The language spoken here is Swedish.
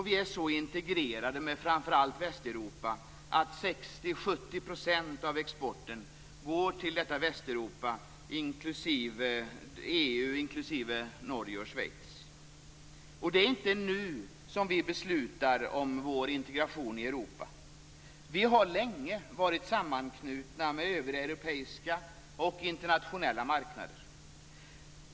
Vi är så integrerade med framför allt Västeuropa att 60-70 % av exporten går till detta Västeuropa, inklusive EU plus Norge och Schweiz. Det är inte nu som vi beslutar om vår integration i Europa. Vi har länge varit sammanknutna med övriga europeiska, och internationella, marknader.